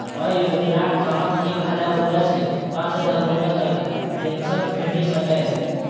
अय योजनाक तहत एक हजार रुपैया सं पांच हजार रुपैया तक पेंशन भेटि सकैए